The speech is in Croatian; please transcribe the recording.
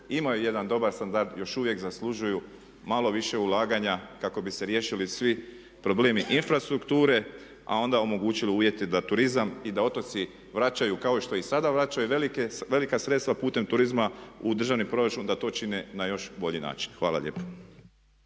imaju jedan dobar standard još uvijek zaslužuju malo više ulaganja kako bi se riješili svi problemi infrastrukture a onda omogućili uvjeti da turizam i da otoci vraćaju kao što i sada vraćaju velika sredstva putem turizma u državni proračun da to čine na još bolji način. Hvala lijepo.